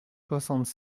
soixante